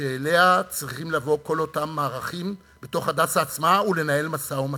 שאליה צריכים לבוא כל אותם מערכים בתוך "הדסה" עצמו ולנהל משא-ומתן.